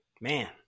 man